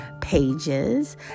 pages